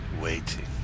waiting